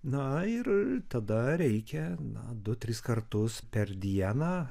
na ir tada reikia na du tris kartus per dieną